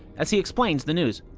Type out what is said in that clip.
as he explains the news.